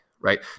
right